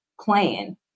plan